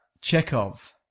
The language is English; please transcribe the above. Chekhov